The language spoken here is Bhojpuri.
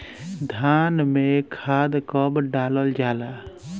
धान में खाद कब डालल जाला?